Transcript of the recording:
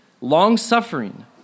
long-suffering